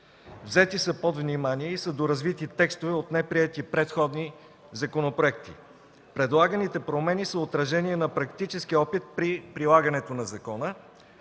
Взети са под внимание и са доразвити текстове от неприети предходни законопроекти. Предлаганите промени са отражение на практическия опит при прилагането на закона.